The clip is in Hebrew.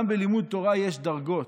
גם בלימוד תורה יש דרגות.